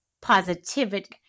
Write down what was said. positivity